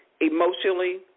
Emotionally